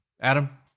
Adam